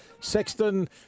Sexton